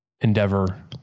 endeavor